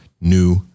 new